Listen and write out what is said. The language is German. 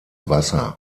wasser